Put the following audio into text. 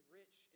rich